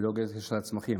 ולא גנטיקה של הצמחים,